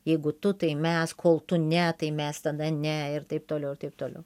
jeigu tu tai mes kol tu ne tai mes tada ne ir taip toliau ir taip toliau